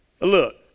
Look